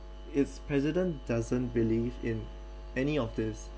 its president doesn't believe in any of these